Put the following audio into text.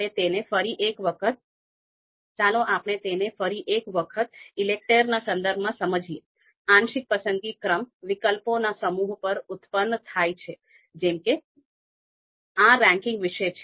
જો તમે ગુણોત્તર ધોરણ ઓર્ડિનલ ધોરણ અથવા અંતરાલ ધોરણ શું છે તે વિશે સ્પષ્ટ નથી તો તમે NPTEL પર મારા અગાઉના અભ્યાસક્રમનો સંદર્ભ લઈ શકો છો જે R નો ઉપયોગ કરીને બિઝનેસ એનાલિટિક્સ અને ડેટા માઇનિંગ મોડેલિંગ છે